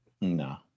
no